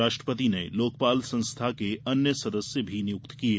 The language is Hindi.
राष्ट्रपति ने लोकपाल संस्था के अन्य सदस्य भी नियुक्त किये